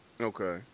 Okay